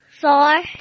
Four